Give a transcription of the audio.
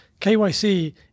KYC